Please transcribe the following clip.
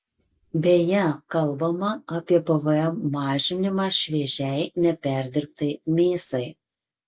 beje kalbama apie pvm mažinimą šviežiai neperdirbtai mėsai